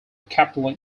cappella